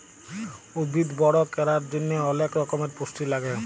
উদ্ভিদ বড় ক্যরার জন্হে অলেক রক্যমের পুষ্টি লাগে